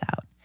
out